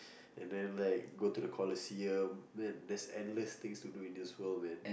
and then like go to the Colosseum then there's endless things to do in this world man